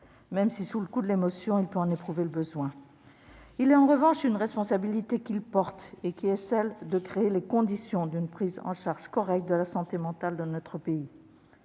même si, sous le coup de l'émotion, il peut en éprouver le besoin. Il est, en revanche, une responsabilité qu'il porte, celle de créer les conditions d'une prise en charge correcte de la santé mentale dans notre pays